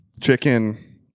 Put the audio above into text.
chicken